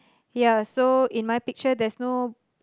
ya so in my picture there's no